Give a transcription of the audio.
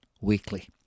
Weekly